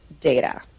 data